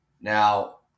Now